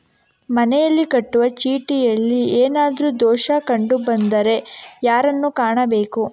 ಮನೆಗೆ ಕಟ್ಟುವ ಚೀಟಿಯಲ್ಲಿ ಏನಾದ್ರು ದೋಷ ಕಂಡು ಬಂದರೆ ಯಾರನ್ನು ಕಾಣಬೇಕು?